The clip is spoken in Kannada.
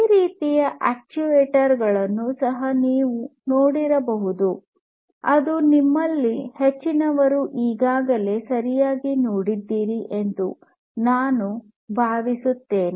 ಈ ರೀತಿಯ ಅಕ್ಚುಯೇಟರ್ಗಳನ್ನು ಸಹ ನೀವು ನೋಡಿರಬಹುದು ಅದು ನಿಮ್ಮಲ್ಲಿ ಹೆಚ್ಚಿನವರು ಈಗಾಗಲೇ ಸರಿಯಾಗಿ ನೋಡಿದ್ದೀರಿ ಎಂದು ನಾನು ಭಾವಿಸುತ್ತೇನೆ